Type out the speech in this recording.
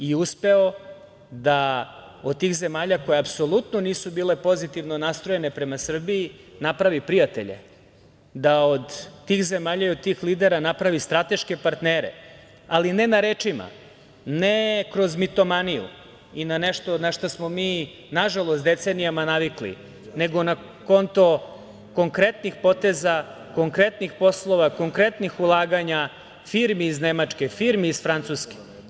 Uspeo je da od tih zemalja koje nisu apsolutno bile pozitivno nastrojene prema Srbiji napravi prijatelje, da od tih zemalja i od tih lidera napravi strateške partnere, ali ne na rečima, ne kroz mitomaniju i na nešto našta smo mi nažalost decenijama navikli, nego na konto konkretnih poteza, konkretnim poslova, konkretnih ulaganja firmi iz Nemačke, firmi iz Francuske.